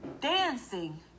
dancing